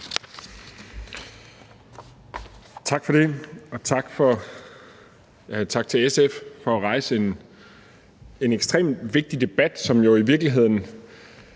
Tak for det, og tak til SF for at rejse en ekstremt vigtig debat. Hvis vi skal vide